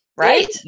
Right